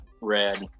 red